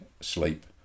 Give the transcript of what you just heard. sleep